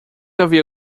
havia